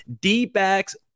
d-backs